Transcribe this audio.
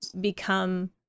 become